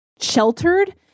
sheltered